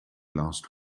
last